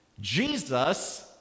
Jesus